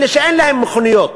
אלה שאין להם מכוניות.